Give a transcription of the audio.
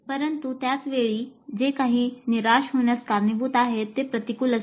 परंतु त्याच वेळी जे काही निराश होण्यास कारणीभूत आहे ते प्रतिकूल असेल